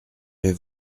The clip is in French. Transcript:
vais